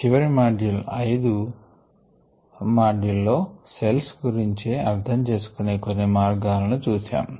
చివరి మాడ్యూల్ 5 వ మాడ్యూల్ లో సెల్స్ గురించే అర్ధం చేసుకొనే కొన్ని మార్గాలను చూశాము